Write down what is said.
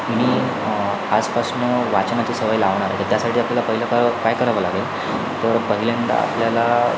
की मी आजपासून वाचनाची सवय लावणार तर त्यासाठी आपल्याला पहिलं काय करावे लागेल तर पहिल्यांदा आपल्याला